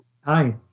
Hi